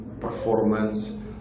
performance